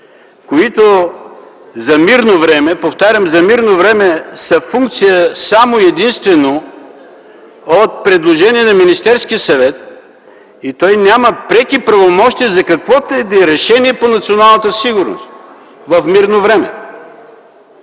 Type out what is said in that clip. които за мирно време, повтарям – за мирно време, е, че те са само и единствено функция от предложения на Министерския съвет и той няма преки правомощия за каквото и да е решение по националната сигурност в мирно време.